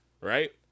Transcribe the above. right